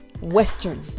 Western